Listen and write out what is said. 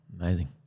Amazing